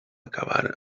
acabar